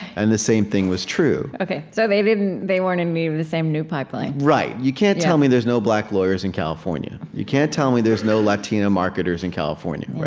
and the same thing was true ok. so they didn't they weren't in need of the same new pipeline right. you can't tell me there's no black lawyers in california. you can't tell me there's no latino marketers in california.